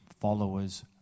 followers